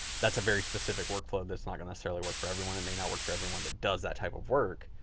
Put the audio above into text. that's a very specific workflow that's not going to necessarily work for everyone. it may not work for everyone that does that type of work,